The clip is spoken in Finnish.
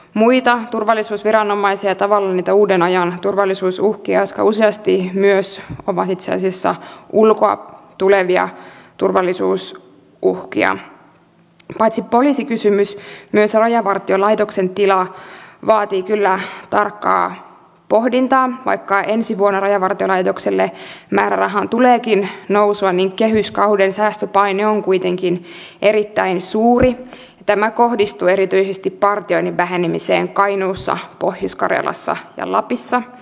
tätä keskustelua käydään muun muassa etelä karjalassa kun mietitään sitä mikä on kunnan rooli suhteessa itsehallintoalueeseen ja onko siellä tulevaisuudessa minkäänlaista kytkentää tai omistajaohjausta tai muuta vastaavaa ja mikä on sitten itsehallintoalueen ja valtion välinen suhde miten tämä itsehallintoalue nyt tavallaan asettautuu näitten eri tasojen ja lapissa